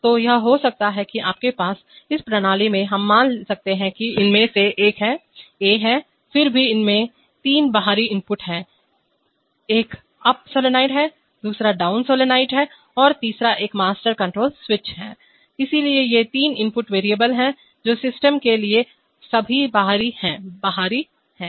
तो हो सकता है कि आपके पास इस प्रणाली में हम मान सकते हैं कि इसमें a है फिर भी इसमें तीन बाहरी इनपुट हैं एक अप सोलेनाइड है दूसरा डाउन सोलेनाइड है और तीसरा एक मास्टर कंट्रोल स्विच है इसलिए ये वे तीन इनपुट वैरिएबल हैं जो सिस्टम के लिए सभी बाहरी बाहरी हैं